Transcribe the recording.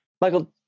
Michael